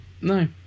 No